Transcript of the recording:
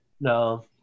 No